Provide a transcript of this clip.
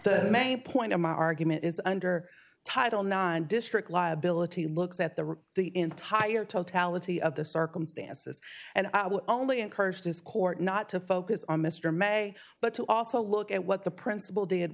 a point of my argument is under title nine district liability looks at the rip the entire totality of the circumstances and i would only encourage this court not to focus on mr may but also look at what the principal did